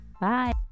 Bye